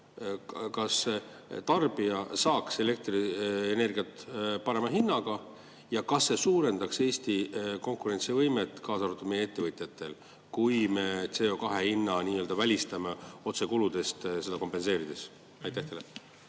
korral tarbija saaks elektrienergiat parema hinnaga? Ja kas see suurendaks Eesti konkurentsivõimet, kaasa arvatud meie ettevõtjatel, kui me CO2hinna välistame otsekuludest, seda kompenseerides? Aitäh,